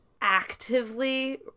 actively